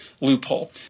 loophole